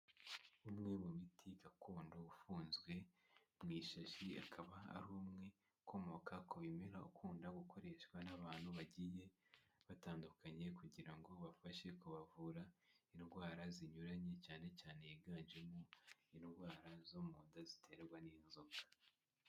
Umwe mu miti gakondo ufunzwe mu ishashi, akaba ari umwe ukomoka ku bimera ukunda gukoreshwa n'abantu bagiye batandukanye kugira ngo ubafashe kubavura indwara zinyuranye, cyane cyane higanjemo indwara zo mu nda ziterwa n'inzoka.